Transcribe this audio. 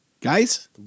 Guys